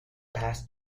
passed